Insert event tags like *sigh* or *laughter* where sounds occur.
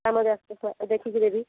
*unintelligible* ଦେଖିକି ଦେବି